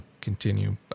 continue